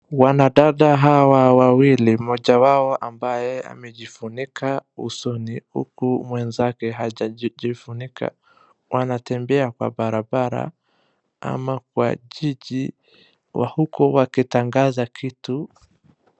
Wanadada hawa wawili mmoja wao ambaye amejifunika usoni huku mwenzake hajajifunika , wanatembea kwa barabara ama kwa jiji huku wakitangaza kitu.